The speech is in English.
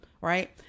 right